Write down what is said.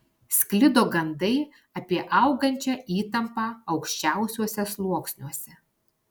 sklido gandai apie augančią įtampą aukščiausiuose sluoksniuose